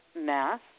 mass